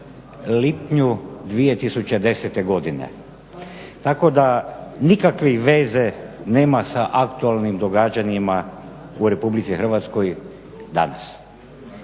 lipnju 2010. godine. Tako da nikakve veze nema sa aktualnim događanjima u RH danas.